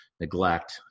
neglect